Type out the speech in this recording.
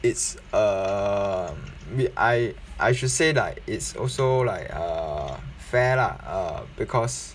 it's um we I I should say like it's also like uh fair lah err because